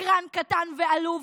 שקרן קטן ועלוב,